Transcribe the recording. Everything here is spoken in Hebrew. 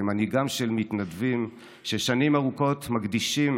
כמנהיגם של מתנדבים ששנים ארוכות מקדישים